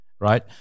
right